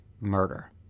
murder